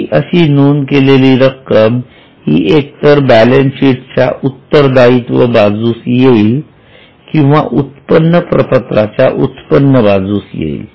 C अशी नोंद केलेली रक्कम हि एक तर बॅलन्स शीट च्या उत्तरदायित्व बाजूस येईल किंवा उत्पन्न प्रपत्राच्या उत्पन्न बाजूस येईल